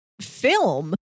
film